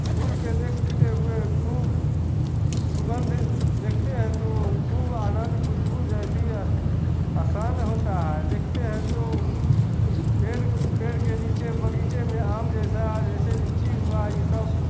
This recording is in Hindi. फूल के देखते हुए खूब सुगंध देखते हैं तो खूब आनंद खुशबू जैसी है आसान होता है देखते हैं तो पेड़ पेड़ के नीचे बगीचे में आम जैसा जैसे लीची हुआ ई सब